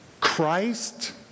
Christ